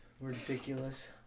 Ridiculous